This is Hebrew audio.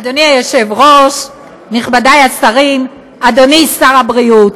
אדוני היושב-ראש, נכבדיי השרים, אדוני שר הבריאות,